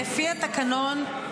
לפי התקנון,